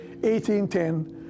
18.10